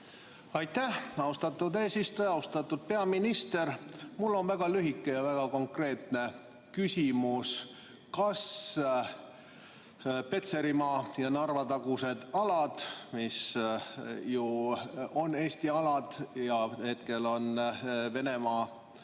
Aitäh, austatud eesistuja! Austatud peaminister! Mul on väga lühike ja väga konkreetne küsimus: kas Petserimaa ja Narva-tagused alad, mis on ju Eesti alad ja hetkel on need